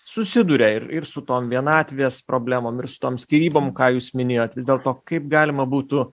susiduria ir ir su tom vienatvės problemom ir su tom skyrybom ką jūs minėjot vis dėlto kaip galima būtų